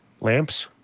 lamps